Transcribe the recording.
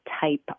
type